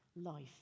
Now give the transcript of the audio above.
life